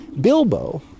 Bilbo